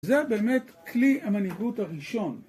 זה באמת כלי המנהיגות הראשון.